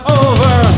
over